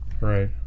Right